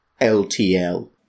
LTL